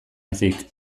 ezik